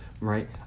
right